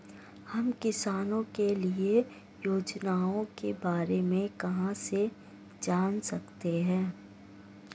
हम किसानों के लिए योजनाओं के बारे में कहाँ से जान सकते हैं?